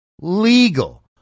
legal